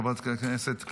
חבר הכנסת מאיר כהן,